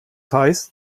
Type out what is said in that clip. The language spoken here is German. heißt